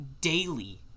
daily